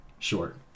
Short